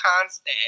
constant